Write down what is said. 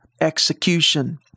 execution